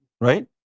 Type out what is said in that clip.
right